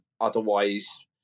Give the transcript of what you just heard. otherwise